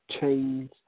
chains